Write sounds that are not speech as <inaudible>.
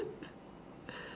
<laughs>